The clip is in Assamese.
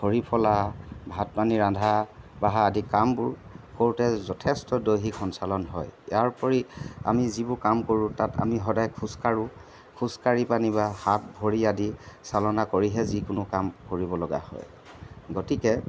খৰি ফলা ভাত পানী ৰন্ধা বঢ়া আদি কামবোৰ কৰোঁতে যথেষ্ট দৈহিক সঞ্চালন হয় ইয়াৰোপৰি আমি যিবোৰ কাম কৰোঁ আমি সদায় খোজকাঢ়ো খোজকাঢ়ি পানি বা হাত ভৰি আদি চালনা কৰিহে যিকোনো কাম কৰিবলগা হয় গতিকে